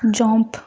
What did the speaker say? jump